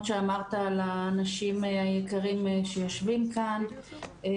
שאמרת על האנשים היקרים שיושבים כאן,